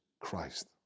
christ